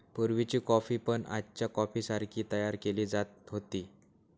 पुर्वीची कॉफी पण आजच्या कॉफीसारखी तयार केली जात होती